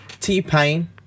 T-Pain